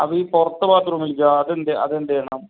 അപ്പോൾ ഈ പുറത്ത് ബാത്റൂമിലേക്ക് അത് എന്ത് അത് എന്ത് ചെയ്യണം